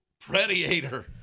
Predator